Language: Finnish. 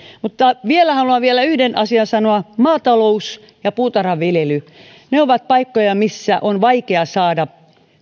mutta haluan vielä yhden asian sanoa maatalous ja puutarhanviljely ovat paikkoja missä on vaikea saada